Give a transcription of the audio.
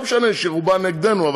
לא משנה שרובה נגדנו,